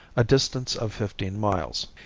a distance of fifteen miles.